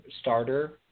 starter